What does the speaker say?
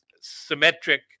symmetric